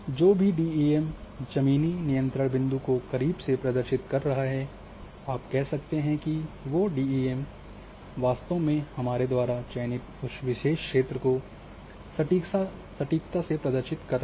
जो भी डीईएम ज़मीनी नियंत्रण बिंदु को करीब से प्रदर्शित कर रहा है आप कह सकते हैं कि वो डीईएम है वास्तव में हमारे द्वारा चयनित उस विशेष क्षेत्र को सटिकता से प्रदर्शित कर रहा है